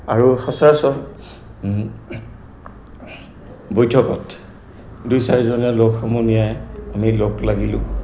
আৰু সচৰাচৰ বৈঠকত দুই চাৰিজনে লগসমূহ নিয়াই আমি লগ লাগিলোঁ